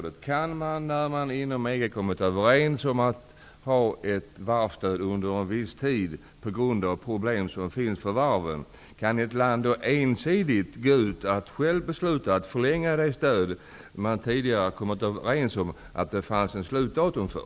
EG kommit överens om att ha ett varvsstöd under en viss tid på grund av problem som finns för varven, kan ett land då ensidigt själv besluta att förlänga det stöd som man tidigare kommit överens om att det fanns ett slutdatum för?